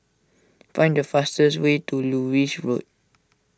find the fastest way to Lewis Road